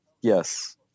Yes